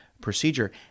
procedure